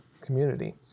community